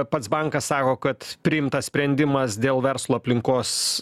pats bankas sako kad priimtas sprendimas dėl verslo aplinkos